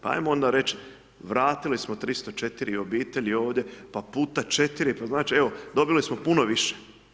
Pa ajmo onda reći, vratili smo 304 obitelji ovdje, pa puta 4 pa znači, evo dobili smo puno više.